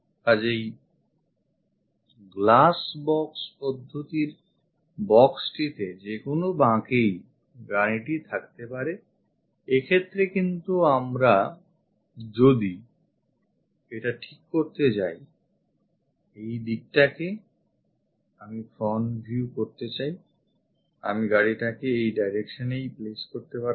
কাজেই glassbox পদ্ধতির box টিতে যেকোন বাঁকেই গাড়িটি থাকতে পারে এক্ষেত্রে কিন্তু আমরা যদি এটা ঠিক করতে যাই এইদিকটাকে আমি front view করতে চাই আমি গাড়িটিকে এই directionএ ই place করতে পারতাম